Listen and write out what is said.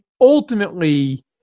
ultimately